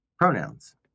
pronouns